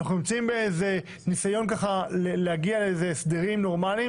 אנחנו נמצאים באיזה ניסיון להגיע להסדרים נורמליים